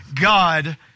God